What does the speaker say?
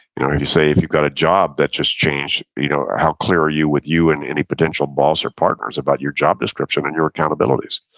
if you say if you got a job that's just changed, you know, how clear are you with you and any potential boss or partners about your job description and your accountabilities?